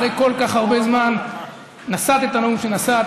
אחרי כל כך הרבה זמן נשאת את הנאום שנשאת,